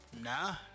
Nah